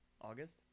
August